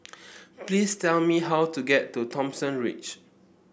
please tell me how to get to Thomson Ridge